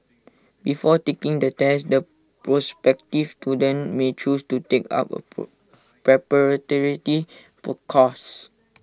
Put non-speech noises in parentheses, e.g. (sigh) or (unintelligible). before taking the test the prospective students may choose to take up A per (unintelligible) course